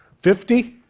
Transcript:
fifty?